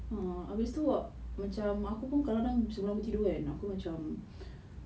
um and we still got macam aku pun kadang-kadang sebelum tidur kan aku macam